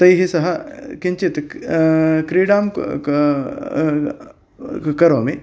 तैः सह किञ्चित् क्रीडां करोमि